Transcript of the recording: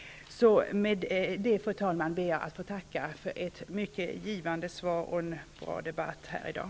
Med detta, fru talman, ber jag att få tacka för ett mycket givande svar och en bra debatt här i dag.